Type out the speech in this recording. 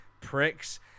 pricks